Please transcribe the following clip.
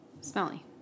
smelly